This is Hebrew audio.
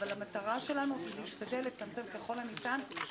אז ניתן לו אפשרות.